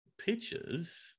pictures